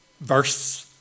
verse